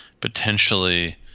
potentially